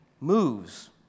moves